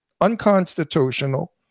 unconstitutional